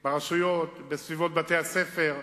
ברשויות, בסביבות בתי-הספר,